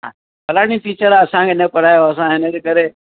हा फलाणी टीचर असां खे न पढ़ायो असां हिन जे करे